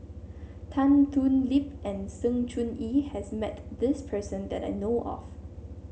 Tan Thoon Lip and Sng Choon Yee has met this person that I know of